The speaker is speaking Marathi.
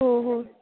हो हो